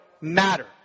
matter